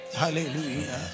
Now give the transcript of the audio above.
hallelujah